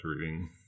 reading